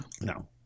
No